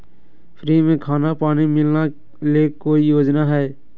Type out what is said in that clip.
Free में खाना पानी मिलना ले कोइ योजना हय?